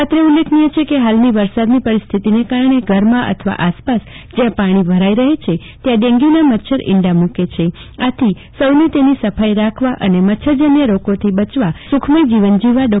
અત્રે ઉલ્લેખનીય છે કે ફાલની વરસાદની પરિસ્થિતીને કારણે ધરમાં અથવા આસપાસ જ્યા પાણી ભરાઈ રહે છે ત્યાં ડેન્ગ્યુંના મચ્છર ઈન્ડા મુકે છે આથી સૌને તેની સફાઈ રાખવા માટે અને મચ્છરજન્ય રોગોથી બચી સખમય જીવન જીવવા ડો